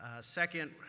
Second